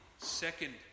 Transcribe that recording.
second